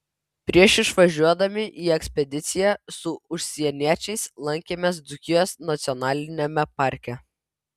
prieš išvažiuodami į ekspediciją su užsieniečiais lankėmės dzūkijos nacionaliniame parke